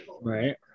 Right